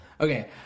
Okay